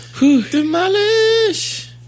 Demolish